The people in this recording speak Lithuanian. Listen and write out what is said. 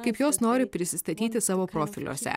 kaip jos nori prisistatyti savo profiliuose